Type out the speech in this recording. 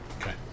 Okay